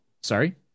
Sorry